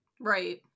Right